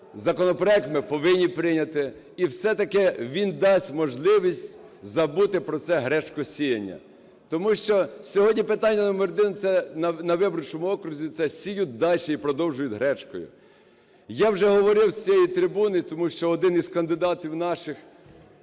законопроект ми повинні прийняти. І, все-таки, він дасть можливість забути про це "гречкосіяння". Тому що сьогодні питання номер один на виборчому окрузі – це "сіють" далі і продовжують гречкою. Я вже говорив з цієї трибуни, тому що один із кандидатів наших